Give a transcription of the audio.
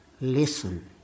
Listen